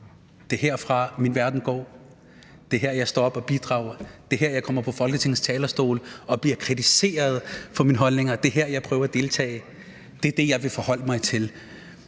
det er herfra, min verden går, det er her, jeg står op og bidrager, det er her, jeg kommer på Folketingets talerstol og bliver kritiseret for mine holdninger, det er her, jeg prøver at deltage. Det er det, jeg vil forholde mig til.